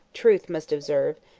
truth must observe,